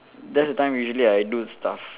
that's the time usually I do stuff